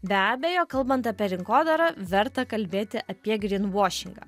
be abejo kalbant apie rinkodarą verta kalbėti apie grinvošingą